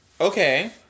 okay